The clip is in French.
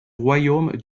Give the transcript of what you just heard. royaume